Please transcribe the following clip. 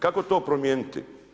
Kako to promijeniti?